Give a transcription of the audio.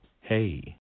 Hey